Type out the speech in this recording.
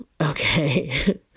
Okay